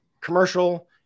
commercial